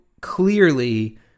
clearly